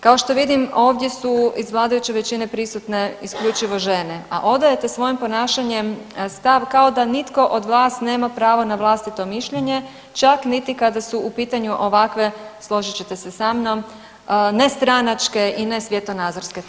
Kao što vidim ovdje su iz vladajuće većine prisutne isključivo žena, a odajete svojim ponašanjem stav kao da nitko od vas nema pravo na vlastito mišljenje, čak niti kada su u pitanju ovakve složit ćete se sa mnom, ne stranačke i ne svjetonazorske teme.